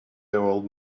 old